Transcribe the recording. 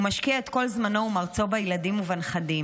הוא משקיע את כל זמנו ומרצו בילדים ובנכדים.